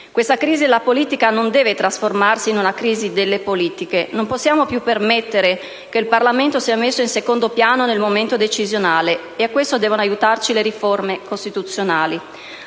Questa crisi della politica non deve trasformarsi in una crisi delle politiche. Non possiamo più permettere che il Parlamento sia messo in secondo piano nel momento decisionale: a questo devono aiutarci le riforme costituzionali.